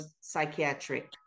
psychiatric